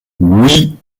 oui